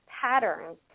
patterns